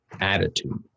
attitude